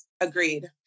Agreed